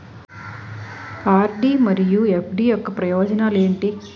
RD మరియు FD యొక్క ప్రయోజనాలు ఏంటి?